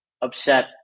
upset